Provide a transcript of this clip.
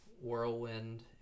whirlwind